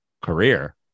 career